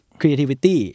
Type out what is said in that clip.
creativity